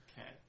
Okay